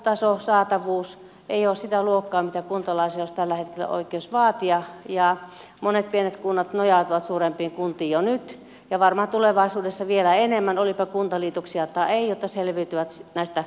laatutaso saatavuus eivät ole sitä luokkaa mitä kuntalaisilla olisi tällä hetkellä oikeus vaatia ja monet pienet kunnat nojautuvat suurempiin kuntiin jo nyt ja varmaan tulevaisuudessa vielä enemmän olipa kuntaliitoksia tai ei jotta selviytyvät näistä haasteista